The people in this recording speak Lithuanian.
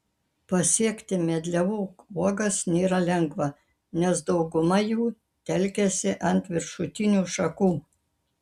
pasiekti medlievų uogas nėra lengva nes dauguma jų telkiasi ant viršutinių šakų